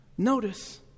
Notice